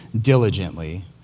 diligently